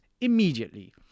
immediately